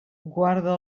guarda